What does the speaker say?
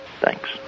Thanks